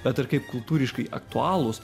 bet ir kaip kultūriškai aktualūs